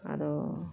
ᱟᱫᱚ